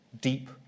Deep